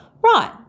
Right